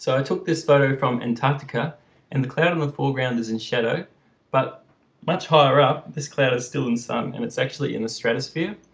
so i took this photo from antarctica and the cloud in the foreground is in shadow but much higher up this cloud is still in sun and it's actually in the stratosphere,